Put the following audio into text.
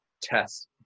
test